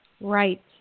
Right